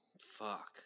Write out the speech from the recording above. fuck